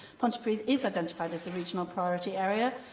pontypridd is identified as a regional priority area,